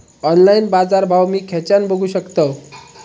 Online बाजारभाव मी खेच्यान बघू शकतय?